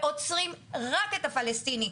ועוצרים רק את הפלסטינים.